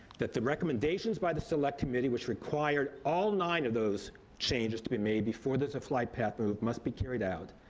that the recommendations by the select committee, which required all nine of those changes to be made there's a flight path move must be carried out,